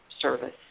service